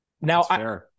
Now